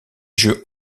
jeux